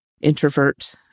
introvert